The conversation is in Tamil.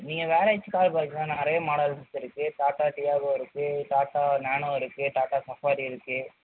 நீங்கள் வேறு ஏதாச்சும் கார் பாருங்க நிறைய மாடல்ஸ் இருக்குது டாடா டியாவோ இருக்குது டாடா நேனோ இருக்குது டாடா சஃபாரி இருக்குது